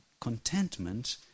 contentment